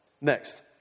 Next